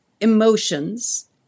emotions